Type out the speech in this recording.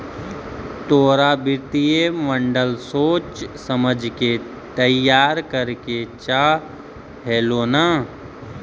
तोरा वित्तीय मॉडल सोच समझ के तईयार करे के चाह हेलो न